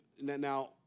Now